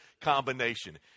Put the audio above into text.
combination